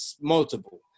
multiple